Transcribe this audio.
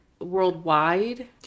worldwide